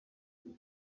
ibi